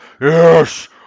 Yes